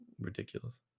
ridiculous